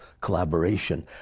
collaboration